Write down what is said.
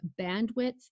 bandwidth